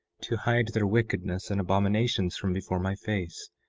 to hide their wickedness and abominations from before my face,